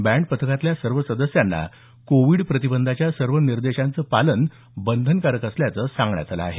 band पथकातल्या सर्व सदस्यांना कोविड प्रतिबंधाच्या सर्व निर्देशांचं पालन बंधनकारक असल्याचं सांगण्यात आलं आहे